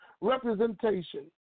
representation